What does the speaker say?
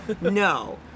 no